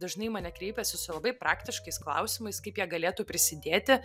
dažnai į mane kreipiasi su labai praktiškais klausimais kaip jie galėtų prisidėti